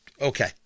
Okay